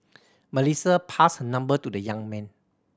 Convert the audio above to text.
Melissa passed her number to the young man